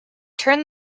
turn